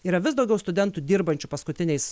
yra vis daugiau studentų dirbančių paskutiniais